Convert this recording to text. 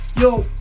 yo